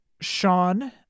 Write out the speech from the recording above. Sean